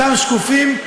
אותם שקופים,